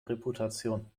reputation